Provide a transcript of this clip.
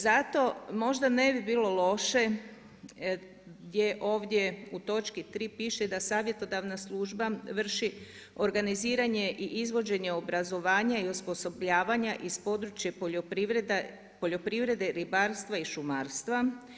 Zato možda ne bi bilo loše gdje ovdje u točki 3. piše da savjetodavna služba vrši organiziranje i izvođenje obrazovanja i osposobljavanja iz područja poljoprivrede, ribarstva i šumarstva.